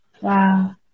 Wow